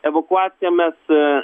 evakuaciją mes